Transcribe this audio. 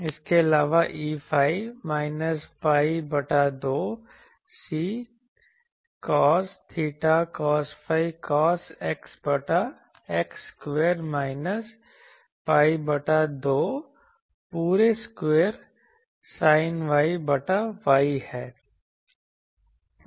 इसके अलावा Eϕ minus pi बटा 2 C cos theta cos phi cos X बटा X स्क्वायर माइनस pi बटा 2 पूरे स्क्वायर sin Y बटा Y है